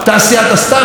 כמו הצבא שלנו,